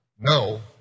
No